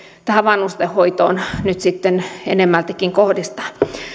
tähän vanhustenhoitoon nyt sitten enemmältikin kohdistaa